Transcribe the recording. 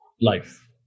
life